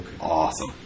Awesome